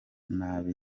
nabi